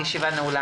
הישיבה ננעלה